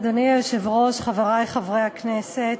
אדוני היושב-ראש, חברי חברי הכנסת,